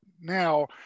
now